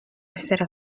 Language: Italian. essere